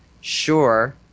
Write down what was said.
sure